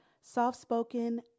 Soft-spoken